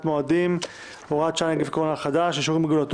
חירום (נגיף הקורונה החדש) (אזור מוגבל).